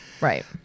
Right